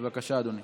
בבקשה, אדוני.